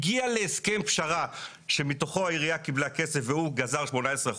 הגיע להסכם פשרה שמתוכו העירייה קיבלה כסף והוא גזר 18%,